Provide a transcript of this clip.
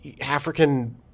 african